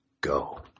go